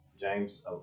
James